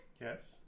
yes